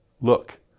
look